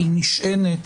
היא נשענת